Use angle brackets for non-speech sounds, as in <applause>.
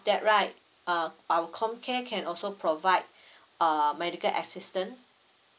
that right uh our comcare can also provide <breath> uh medical assistance